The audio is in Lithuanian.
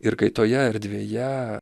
ir kai toje erdvėje